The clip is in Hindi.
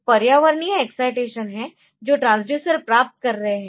यह पर्यावरणीय एक्ससाइटेशन है जो ट्रांसड्यूसर प्राप्त कर रहे है